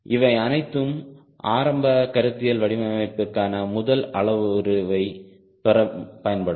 இவை அனைத்தும் ஆரம்ப புள்ளிவிவர தரவுகளால் இயக்கப்படும் அனுமானங்கள் இது ஒரு கருத்தியல் வடிவமைப்பிற்கான முதல் அளவுருவைப் பெற பயன்படும்